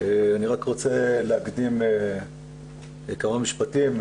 אני רק רוצה להקדים כמה משפטים.